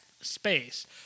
space